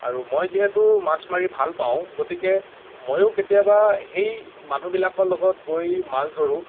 আৰু মই যিহেতু মাছ মাৰি ভাল পাওঁ গতিকে মইও কেতিয়াবা সেই মানুহবিলাকৰ লগত গৈ মাছ ধৰোঁ